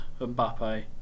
Mbappe